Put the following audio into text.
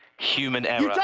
human error.